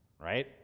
right